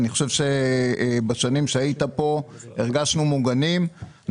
אני חושב שבשנים שהיית פה הרגשנו מוגנים.